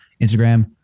Instagram